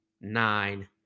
nine